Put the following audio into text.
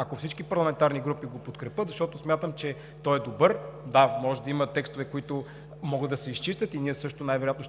ако всички парламентарни групи го подкрепят, защото смятам, че той е добър. Да, може да има текстове, които може да се изчистят, ние също най-вероятно